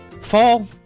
fall